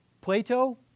Plato